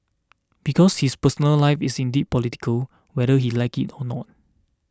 because his personal life is indeed political whether he likes it or not